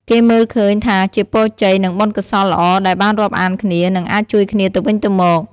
គេមើលឃើញថាជាពរជ័យ និងបុណ្យកុសលល្អដែលបានរាប់អានគ្នា និងអាចជួយគ្នាទៅវិញទៅមក។